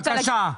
בבקשה.